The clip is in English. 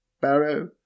Barrow